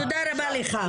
תודה רבה לך.